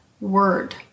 word